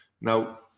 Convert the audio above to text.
now